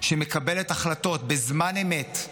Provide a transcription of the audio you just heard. שמקבלת החלטות בזמן אמת,